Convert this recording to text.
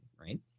right